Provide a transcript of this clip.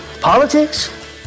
politics